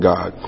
God